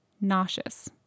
nauseous